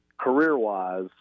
career-wise